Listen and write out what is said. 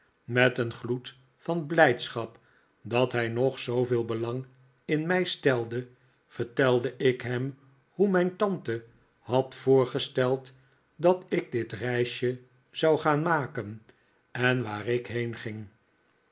met een gloed van blijdschap dat hij nog zooveel belang in mij stelde vertelde ik hem hoe mijn tante had voorgesteld dat ik dit reisje zou gaan maken en waar ik